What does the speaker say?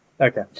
Okay